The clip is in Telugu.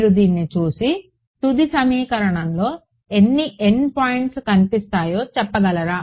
మీరు దీన్ని చూసి తుది సమీకరణంలో ఎన్ని n పాయింట్లు కనిపిస్తాయో చెప్పగలరా